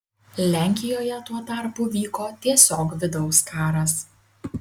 lenkijoje tuo tarpu vyko tiesiog vidaus karas